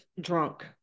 drunk